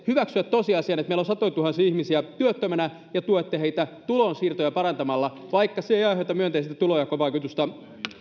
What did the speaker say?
hyväksyä tosiasian että meillä on satojatuhansia ihmisiä työttömänä ja tuette heitä tulonsiirtoja parantamalla vaikka se ei aiheuta myönteistä tulonjakovaikutusta